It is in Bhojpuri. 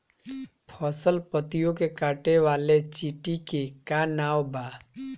फसल पतियो के काटे वाले चिटि के का नाव बा?